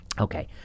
Okay